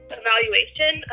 evaluation